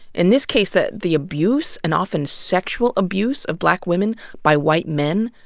in this case, that the abuse, and often sexual abuse, of black women by white men,